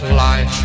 life